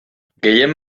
gehien